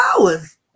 hours